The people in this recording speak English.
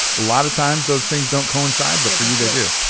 a lot of times those things don't coincide. but for you, they do.